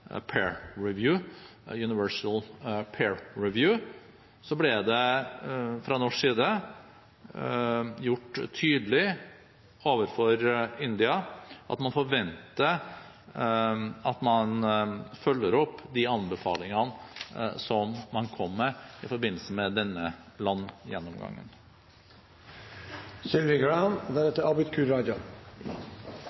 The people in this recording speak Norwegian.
Universal Periodic Review – ble det fra norsk side gjort tydelig overfor India at man forventer at man følger opp de anbefalingene som man kom med i forbindelse med denne landgjennomgangen.